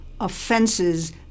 offenses